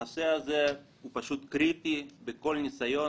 הנושא הזה הוא קריטי בכל ניסיון,